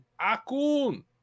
Akun